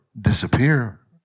disappear